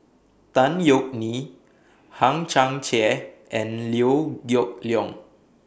Tan Yeok Nee Hang Chang Chieh and Liew Geok Leong